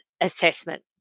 assessment